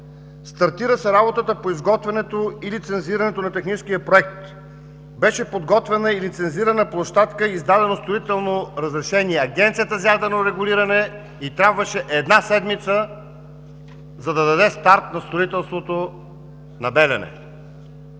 Стартира се работата по изготвянето и лицензирането на техническия проект. Беше подготвена и лицензирана площадка и издадено строително разрешение. На Агенцията за ядрено регулиране й трябваше една седмица, за да даде старт на строителството на „Белене“.